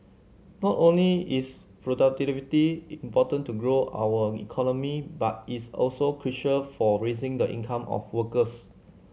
not only is productivity important to grow our economy but it's also crucial for raising the income of workers